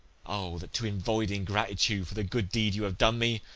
o, that to avoid ingratitude for the good deed you have done me,